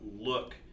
look